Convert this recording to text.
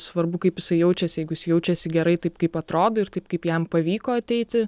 svarbu kaip jisai jaučiasi jeigu jis jaučiasi gerai taip kaip atrodo ir taip kaip jam pavyko ateiti